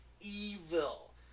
evil